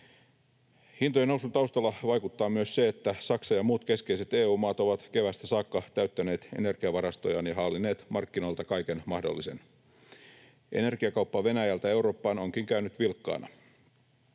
Hintojen nousun taustalla vaikuttaa myös se, että Saksa ja muut keskeiset EU-maat ovat keväästä saakka täyttäneet energiavarastojaan ja haalineet markkinoilta kaiken mahdollisen. Energiakauppa Venäjältä Eurooppaan onkin käynyt vilkkaana.